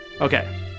Okay